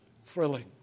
Thrilling